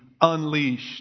unleashed